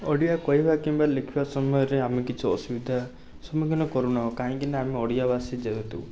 ଓଡ଼ିଆ କହିବା କିମ୍ବା ଲେଖିବା ସମୟରେ ଆମେ କିଛି ଅସୁବିଧା ସମ୍ମୁଖୀନ କରୁନାହୁଁ କାହିଁକିନା ଆମେ ଓଡ଼ିଆବାସୀ ଯେହେତୁ